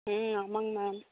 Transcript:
ம் ஆமாம்ங்க மேம்